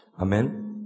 Amen